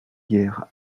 hier